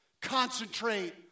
Concentrate